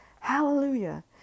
Hallelujah